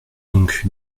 donc